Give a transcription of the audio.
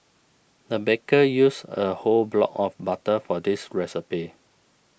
the baker used a whole block of butter for this recipe